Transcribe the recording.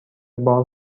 بار